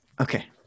Okay